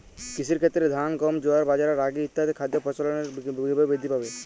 কৃষির ক্ষেত্রে ধান গম জোয়ার বাজরা রাগি ইত্যাদি খাদ্য ফসলের ফলন কীভাবে বৃদ্ধি পাবে?